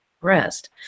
rest